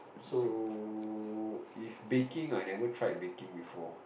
so if baking I never tried baking before